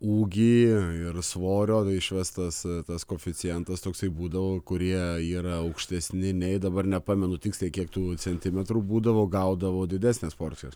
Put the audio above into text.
ūgį ir svorio išvestas tas koeficientas toksai būdavo kurie yra aukštesni nei dabar nepamenu tiksliai kiek tų centimetrų būdavo gaudavau didesnės porcijos